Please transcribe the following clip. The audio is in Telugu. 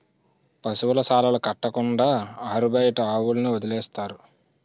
పశువుల శాలలు కట్టకుండా ఆరుబయట ఆవుల్ని వదిలేస్తారు